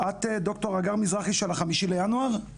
את דר' הגר מזרחי של ה-5 בינואר?